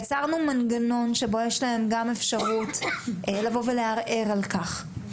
לכן יצרנו מנגנון שבו יש להם אפשרות לבוא ולערער על כך.